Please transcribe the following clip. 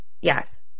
yes